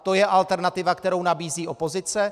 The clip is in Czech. To je alternativa, kterou nabízí opozice?